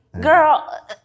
Girl